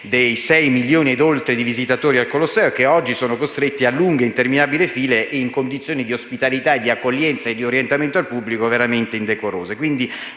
6 milioni di visitatori del Colosseo, che oggi sono costretti a lunghe ed interminabili file, in condizioni di ospitalità, di accoglienza e di orientamento al pubblico veramente indecorose.